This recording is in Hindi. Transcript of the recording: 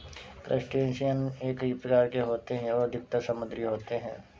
क्रस्टेशियन कई प्रकार के होते हैं और अधिकतर समुद्री होते हैं